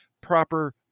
Proper